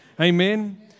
Amen